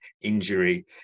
injury